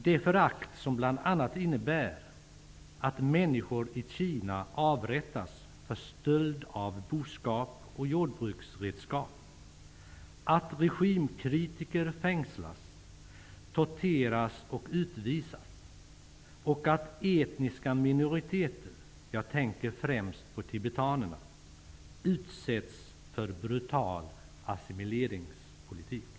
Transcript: Detta förakt innebär bl.a. att människor i Kina avrättas för stöld av boskap och jordbruksredskap, att regimkritiker fängslas, torteras och utvisas och att etniska minoriteter -- jag tänker främst på tibetanerna -- utsätts för brutal assimileringspolitik.